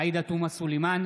עאידה תומא סלימאן,